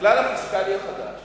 הכלל הפיסקלי החדש